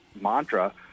mantra